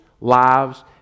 lives